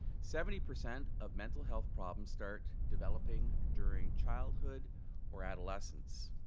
seventy percent of mental health problems start developing during childhood or adolescence.